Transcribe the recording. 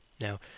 Now